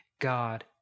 God